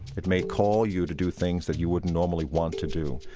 it may call you to do things that you wouldn't normally want to do,